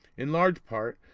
in large part,